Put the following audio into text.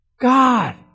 God